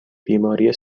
بیماری